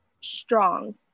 strong